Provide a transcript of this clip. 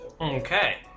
okay